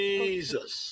Jesus